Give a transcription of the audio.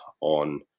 on